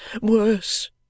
worse